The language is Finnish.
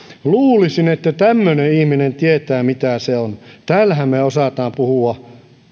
luulisin että tämmöinen ihminen tietää mitä se on täällähän me osaamme puhua